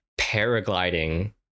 paragliding